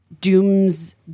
dooms